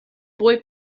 boy